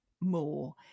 more